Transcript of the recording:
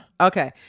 Okay